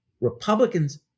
Republicans